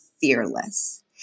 fearless